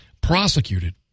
prosecuted